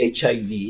HIV